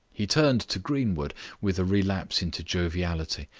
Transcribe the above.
he turned to greenwood with a relapse into joviality.